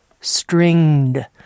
stringed